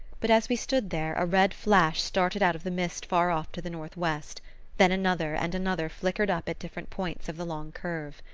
but as we stood there a red flash started out of the mist far off to the northwest then another and another flickered up at different points of the long curve.